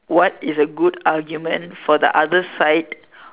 what is a good argument for the other side